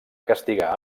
castigar